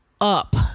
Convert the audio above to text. up